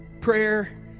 Prayer